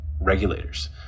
regulators